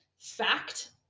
fact